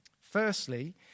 Firstly